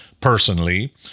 personally